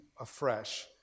afresh